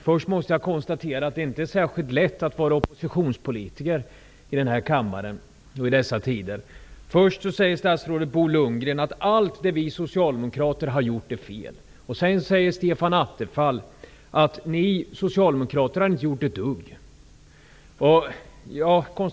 Fru talman! Jag konstaterar att det inte är särskilt lätt att vara oppositionspolitiker i den här kammaren och i dessa tider. Först säger statsrådet Bo Lundgren att allt det som vi socialdemokrater har gjort är fel. Sedan säger Stefan Attefall att vi socialdemokrater inte har gjort ett dugg.